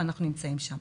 אבל אנחנו נמצאים שם.